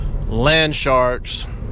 Landsharks